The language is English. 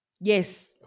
Yes